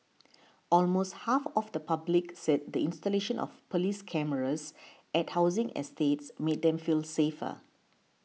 almost half of the public said the installation of police cameras at housing estates made them feel safer